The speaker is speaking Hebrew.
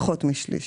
פחות משליש.